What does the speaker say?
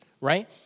right